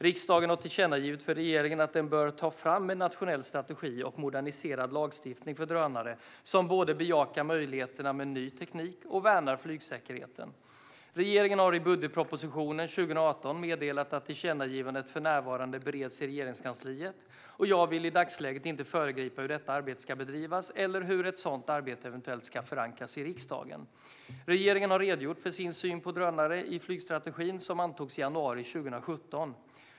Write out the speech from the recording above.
Riksdagen har tillkännagivit för regeringen att den bör ta fram en nationell strategi och moderniserad lagstiftning för drönare som både bejakar möjligheterna med ny teknik och värnar flygsäkerheten. Regeringen har i budgetpropositionen för 2018 meddelat att tillkännagivandet för närvarande bereds i Regeringskansliet. Jag vill i dagsläget inte föregripa detta arbete när det gäller hur det ska bedrivas eller hur det eventuellt ska förankras i riksdagen. Regeringen har redogjort för sin syn på drönare i flygstrategin som antogs i januari 2017.